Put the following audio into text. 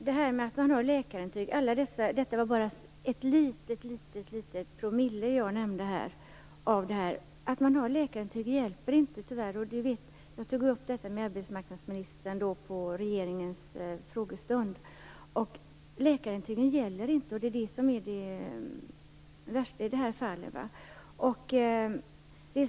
Herr talman! Det var bara en liten promille av fallen jag nämnde här. Att man har läkarintyg hjälper tyvärr inte. Jag tog upp detta med arbetsmarknadsministern under en frågestund. Läkarintygen gäller inte, och det är det som är det värsta i det här fallet.